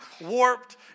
warped